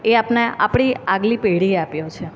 એ આપણા આપણી અગલી પેઢીએ આપ્યો છે